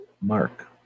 Mark